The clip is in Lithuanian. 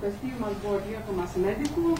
tas tyrimas buvo atliekamas medikų